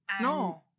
No